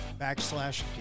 backslash